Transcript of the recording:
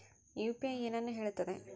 UPI ಏನನ್ನು ಹೇಳುತ್ತದೆ?